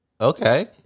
Okay